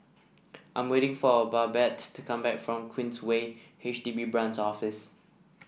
I'm waiting for Babette to come back from Queensway H D B Branch Office